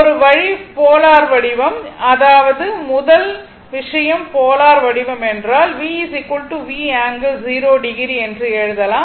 ஒரு வழி போலார் வடிவம் அதாவது முதல் விஷயம் போலார் வடிவம் என்றால் v V∠0o என்று எழுதலாம்